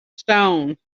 stone